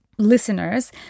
listeners